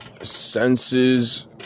senses